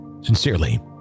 Sincerely